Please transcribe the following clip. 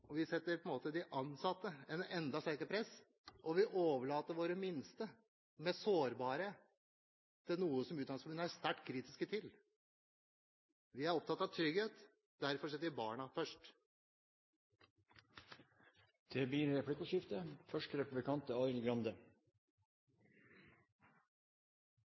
Vi setter de ansatte under enda sterkere press, og vi overlater våre minste, mest sårbare, til noe som Utdanningsforbundet er sterkt kritisk til. Vi er opptatt av trygghet – derfor setter vi barna først. Det blir replikkordskifte.